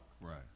Right